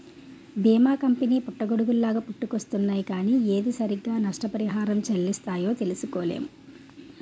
బీమా కంపెనీ పుట్టగొడుగుల్లాగా పుట్టుకొచ్చేస్తున్నాయ్ కానీ ఏది సరిగ్గా నష్టపరిహారం చెల్లిస్తాయో తెలుసుకోలేము